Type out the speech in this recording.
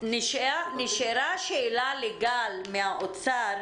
נשארה שאלה לגל מהאוצר